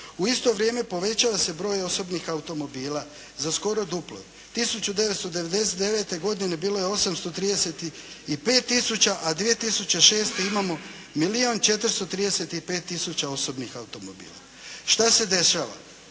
U isto vrijeme povećava se broj osobnih automobila za skoro duplo. 1999. godine bilo je 835 tisuća, a 2006. imamo milijun 435 tisuća osobnih automobila. Šta se dešava